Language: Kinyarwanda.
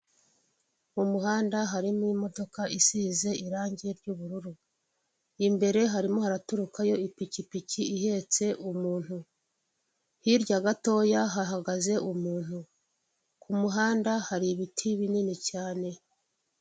Mu muhanda harimo imodoka isize irangi ry'ubururu, imbere harimo haraturukayo ipikipiki ihetse umuntu, hirya gatoya hahagaze umuntu, ku muhanda hari ibiti binini cyane.